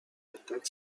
attaquent